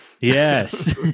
Yes